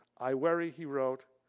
i worry he wrote,